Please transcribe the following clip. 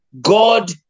God